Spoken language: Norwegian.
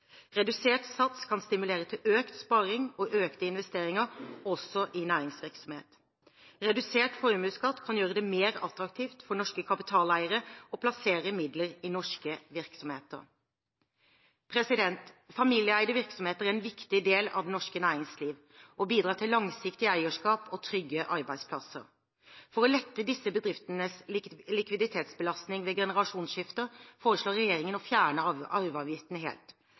Redusert sats kan stimulere til økt sparing og økte investeringer også i næringsvirksomhet. Redusert formuesskatt kan gjøre det mer attraktivt for norske kapitaleiere å plassere midler i norske virksomheter. Familieeide virksomheter er en viktig del av det norske næringsliv og bidrar til langsiktig eierskap og trygge arbeidsplasser. For å lette disse bedriftenes likviditetsbelastning ved generasjonsskifter foreslår regjeringen å fjerne arveavgiften helt.